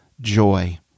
Joy